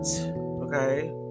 okay